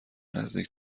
نزدیک